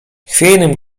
chwiejnym